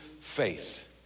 faith